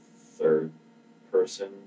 third-person